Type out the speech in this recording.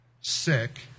sick